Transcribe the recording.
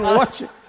watching